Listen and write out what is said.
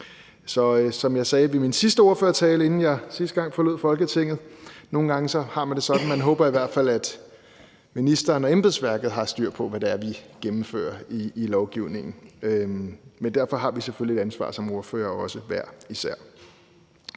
som jeg sagde ved min sidste ordførertale, inden jeg sidste gang forlod Folketinget: Nogle gange har man det sådan, at man håber, at ministeren og embedsværket i hvert fald har styr på, hvad det er, vi gennemfører i lovgivningen. Men derfor har vi selvfølgelig også et ansvar som ordførere hver især.